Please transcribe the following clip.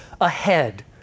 ahead